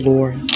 Lord